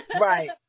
right